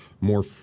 More